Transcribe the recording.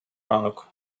ранок